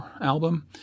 album